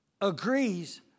agrees